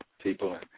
people